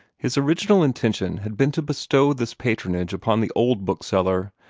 his original intention had been to bestow this patronage upon the old bookseller,